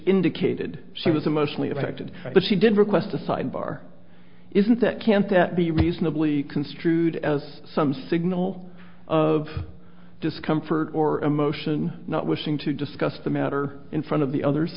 indicated she was emotionally affected but she did request a sidebar isn't that can't that be reasonably construed as some signal of discomfort or emotion not wishing to discuss the matter in front of the others